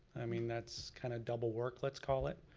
i mean that's kinda double work, let's call it.